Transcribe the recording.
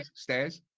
stairs.